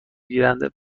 گیرنده